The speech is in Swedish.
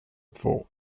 två